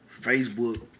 Facebook